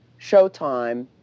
Showtime